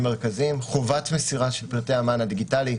מרכזיים: חובת מסירה של פרטי המען הדיגיטלי,